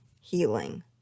healing